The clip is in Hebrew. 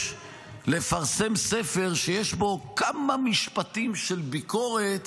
לפרסם ספר שיש בו כמה משפטים של ביקורת